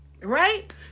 right